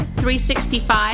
365